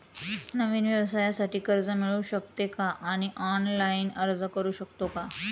नवीन व्यवसायासाठी कर्ज मिळू शकते का आणि ऑनलाइन अर्ज करू शकतो का?